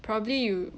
probably you